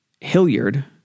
Hilliard